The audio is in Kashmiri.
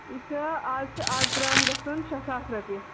یہِ چھِ آز چھِ اَکھ گرٛام گژھان شےٚ ساس رۄپیہِ